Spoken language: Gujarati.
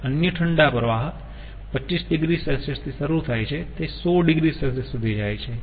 અન્ય ઠંડા પ્રવાહ 25 oC થી શરૂ થાય છે તે 100 oC સુધી જાય છે